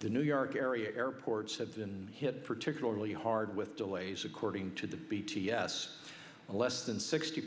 the new york area airports have been hit particularly hard with delays according to the b t s and less than sixty